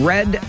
Red